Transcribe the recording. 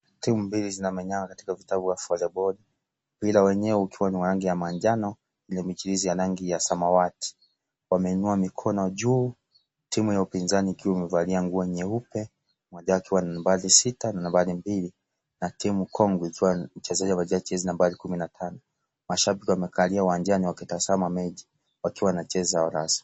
Timu mbili zinamenyana katika uwanja wa vitau wa voliboli .Mpira wenyewe ukiwa wa rangi ya manjano yenye mijirisi ya rangi ya samawati, wameinua mikono juu, timu ya upinzani ikiwa imevalia nguo nyeupe mmoja wao akiwa wa nambari sita na nambari mbili na timu kongwe ikiwa mchezaji amevalia jezi nambari kumi na tano mashabiki wamekalia uwanjani wakitazama mechi wakiwa na jezi zao rasmi.